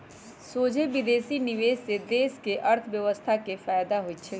सोझे विदेशी निवेश से देश के अर्थव्यवस्था के फयदा होइ छइ